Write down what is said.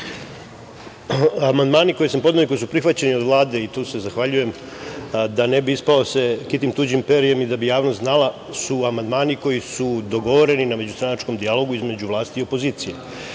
Amandmane koje sam podneo i koji su prihvaćeni od Vlade, zahvaljujem se, da ne bi ispalo da se kitim tuđim perjem i da bi javnost znala, su amandmani koji su dogovoreni na međustranačkom dijalogu između vlasti i opozicije.